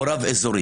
או רב אזורי,